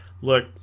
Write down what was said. Look